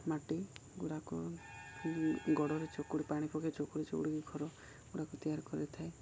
ମାଟି ଗୁଡ଼ାକ ଗୋଡ଼ରେ ଚକୁଡ଼ି ପାଣି ପକେଇ ଚକୁଡ଼ି ଚକୁଡ଼ିକି ଘର ଗୁଡ଼ାକ ତିଆରି କରିଥାଏ